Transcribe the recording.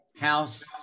house